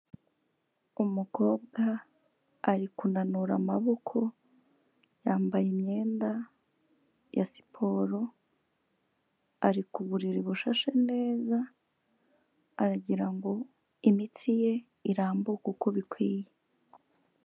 Umukobwa ari kunanura amaboko yambaye imyenda ya siporo, ari ku buriri bushashe neza, aragira ngo imitsi ye irambuke uko bikwiye.